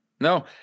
no